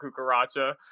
Cucaracha